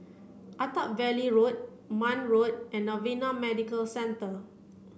Attap Valley Road Marne Road and Novena Medical Centre